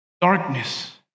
darkness